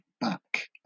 back